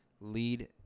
lead